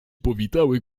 powitały